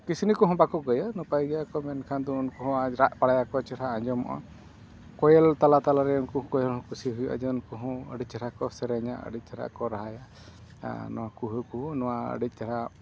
ᱠᱤᱥᱱᱤ ᱠᱚᱦᱚᱸ ᱵᱟᱠᱚ ᱠᱟᱹᱭᱟ ᱱᱟᱯᱟᱭ ᱜᱮᱭᱟ ᱠᱚ ᱢᱮᱱᱠᱷᱟᱱ ᱫᱚ ᱩᱱᱠᱩ ᱫᱚ ᱨᱟᱜ ᱵᱟᱲᱟᱭᱟᱠᱚ ᱪᱮᱦᱨᱟ ᱟᱸᱡᱚᱢᱚᱜᱼᱟ ᱠᱳᱭᱮᱞ ᱛᱟᱞᱟ ᱛᱟᱞᱟᱨᱮ ᱩᱱᱠᱩ ᱠᱚᱦᱚᱸ ᱠᱩᱥᱤ ᱦᱩᱭᱩᱜᱼᱟ ᱡᱮ ᱩᱱᱠᱩ ᱦᱚᱸ ᱟᱹᱰᱤ ᱪᱮᱦᱨᱟ ᱠᱚ ᱥᱮᱨᱮᱧᱟ ᱟᱹᱰᱤ ᱪᱮᱦᱨᱟ ᱠᱚ ᱨᱟᱦᱟᱭᱟ ᱟᱨ ᱠᱩᱦᱩ ᱠᱩᱦᱩ ᱱᱚᱣᱟ ᱟᱹᱰᱤ ᱪᱮᱦᱨᱟ